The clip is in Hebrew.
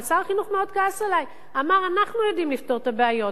אבל שר החינוך כעס עלי ואמר: אנחנו יודעים לפתור את הבעיות.